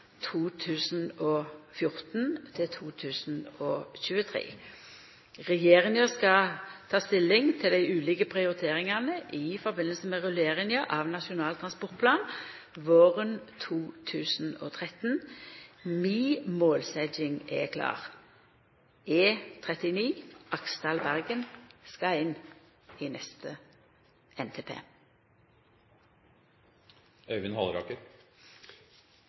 Regjeringa skal ta stilling til dei ulike prioriteringane i samband med rulleringa av Nasjonal transportplan våren 2013. Mi målsetjing er klar: E39 Aksdal–Bergen skal inn i neste NTP.